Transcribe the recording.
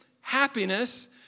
happiness